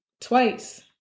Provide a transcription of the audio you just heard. twice